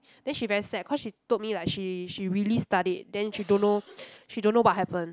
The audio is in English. then she very sad cause she told me like she she really studied then she don't know she don't know what happen